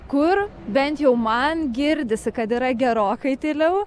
kur bent jau man girdisi kad yra gerokai tyliau